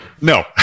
No